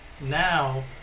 Now